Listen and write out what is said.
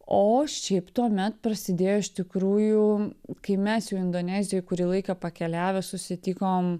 o šiaip tuomet prasidėjo iš tikrųjų kai mes jau indonezijoj kurį laiką pakeliavę susitikom